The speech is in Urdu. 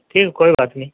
ٹھیک ہے کوئی بات نہیں